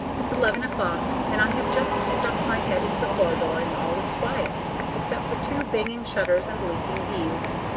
it's eleven o'clock, and i have just stuck my head into the corridor, and all is quiet except for two banging shutters and leaking eaves.